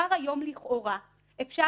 זה יהיה שוטר עם בגדים אזרחיים,